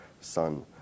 son